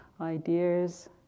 ideas